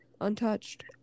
untouched